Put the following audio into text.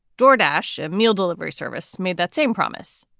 jordache, a meal delivery service, made that same promise.